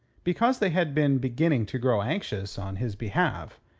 because they had been beginning to grow anxious on his behalf,